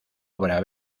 obra